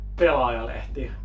pelaajalehti